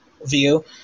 view